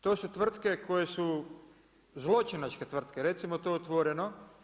To su tvrtke koje su zločinačke tvrtke, recimo to otvoreno.